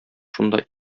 шунда